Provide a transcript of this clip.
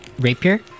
rapier